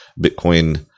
Bitcoin